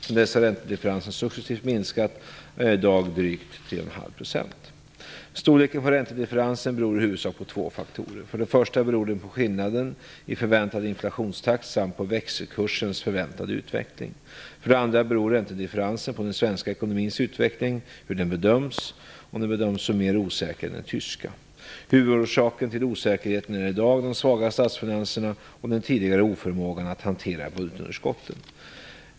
Sedan dess har räntedifferensen successivt minskat och är i dag drygt 3,5 procentenheter. Storleken på räntedifferensen beror i huvudsak på två faktorer. För det första beror den på skillnaden i förväntad inflationstakt samt på växelkursens förväntade utveckling. För det andra beror räntedifferensen på att den svenska ekonomins utveckling bedöms som mer osäker än den tyska. Huvudorsaken till osäkerheten är i dag de svaga statsfinanserna och den tidigare oförmågan att hantera budgetunderskotten.